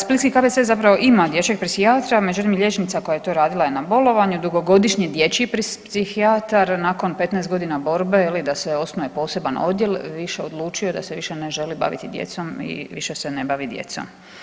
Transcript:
Splitski KBC zapravo ima dječjeg psihijatra međutim liječnica koja je to radila je na bolovanju, dugogodišnji dječji psihijatar nakon 15 godina borbe je li da se osnuje poseban odjel više odlučio da se više ne želi baviti djecom i više se ne bavi djecom.